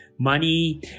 money